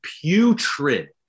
putrid